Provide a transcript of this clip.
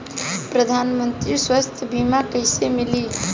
प्रधानमंत्री स्वास्थ्य बीमा कइसे मिली?